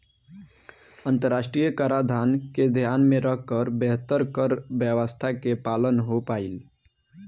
अंतरराष्ट्रीय कराधान के ध्यान में रखकर बेहतर कर व्यावस्था के पालन हो पाईल